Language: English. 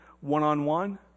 one-on-one